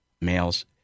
males